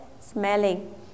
smelling